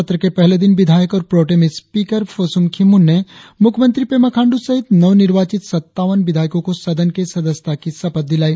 सत्र के पहले दिन विधायक और प्रोटेम स्पीकार फोसुम खिमहुन ने मुख्यमंत्री पेमा खांडू सहित नव निर्वाचित सत्तावन विधायकों को सदन के सदस्यता की शपथ दिलाई